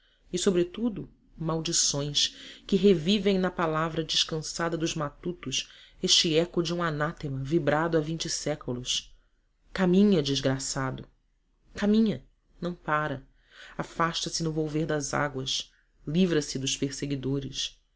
e sobretudo maldições que revivem na palavra descansada dos matutos este eco de um anátema vibrando há vinte séculos caminha desgraçado caminha não pára afasta-se no volver das águas livra se dos perseguidores